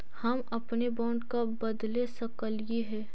हम अपने बॉन्ड कब बदले सकलियई हे